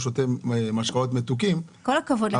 שותה משקאות מתוקים --- כל הכבוד לך.